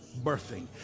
birthing